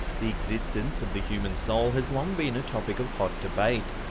the existence of the human soul has long been a topic of hot debate.